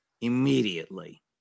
immediately